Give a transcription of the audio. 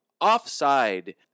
offside